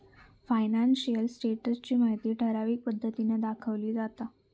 financial status ची माहिती ठराविक पद्धतीन दाखवली जाता